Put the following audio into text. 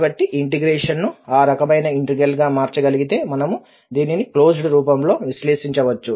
మనము ఈ ఇంటిగ్రేషన్ ను ఆ రకమైన ఇంటిగ్రల్ గా మార్చగలిగితే మనము దీనిని క్లోజ్డ్ రూపంలో విశ్లేషించవచ్చు